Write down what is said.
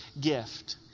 gift